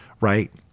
right